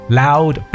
loud